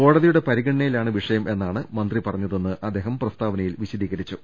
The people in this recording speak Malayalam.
കോടതിയുടെ പരിഗണനയിലാണ് വിഷയം എന്നാണ് മന്ത്രി പറഞ്ഞതെന്ന് അദ്ദേഹം പ്രസ്താവനയിൽ വിശ ദീകരിച്ചു